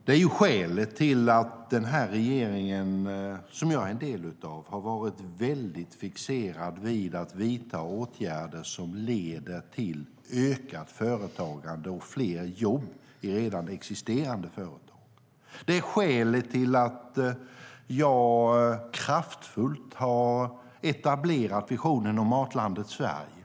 Det är skälet till att den här regeringen, som jag är en del av, har varit väldigt fixerad vid att vidta åtgärder som leder till ökat företagande och fler jobb i redan existerande företag. Det är skälet till att jag kraftfullt har etablerat visionen om Matlandet Sverige.